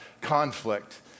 conflict